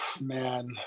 man